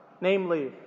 namely